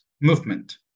movement